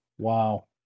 Wow